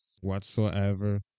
whatsoever